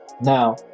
Now